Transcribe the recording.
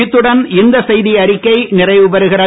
இத்துடன் இந்த செய்திஅறிக்கை நிறைவுபெறுகிறது